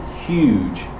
huge